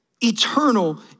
Eternal